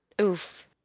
Oof